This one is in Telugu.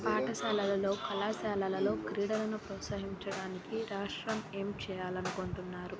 పాఠశాలలలో కళాశాలలో క్రీడలను ప్రోత్సహించడానికి రాష్ట్రం ఏం చేయాలని అనుకుంటున్నారు